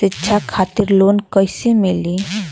शिक्षा खातिर लोन कैसे मिली?